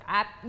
App